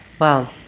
Wow